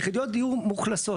יחידות דיור מאוכלסות,